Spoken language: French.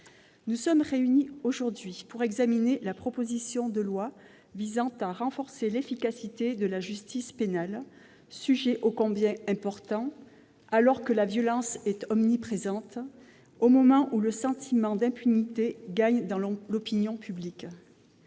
nous sommes réunis aujourd'hui pour examiner la proposition de loi visant à renforcer l'efficacité de la justice pénale- sujet ô combien important, alors que la violence est omniprésente et au moment où le sentiment d'impunité gagne dans l'opinion publique